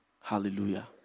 Hallelujah